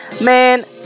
man